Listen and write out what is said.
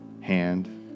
hand